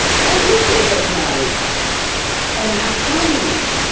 why didn't they get married and have families?